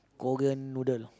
Korean noodle